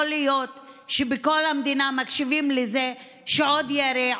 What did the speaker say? יכול להיות שבכל המדינה מקשיבים לזה כאל עוד ירי,